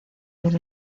del